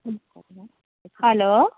hello